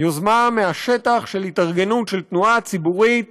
יוזמה מהשטח של התארגנות, של תנועה ציבורית